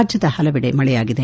ರಾಜ್ಯದ ಹಲವೆಡೆ ಮಳೆಯಾಗಿದೆ